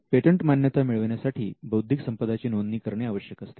patent मान्यता मिळविण्यासाठी बौद्धिक संपदा ची नोंदणी करणे आवश्यक असते